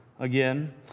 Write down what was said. Again